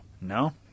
No